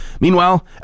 Meanwhile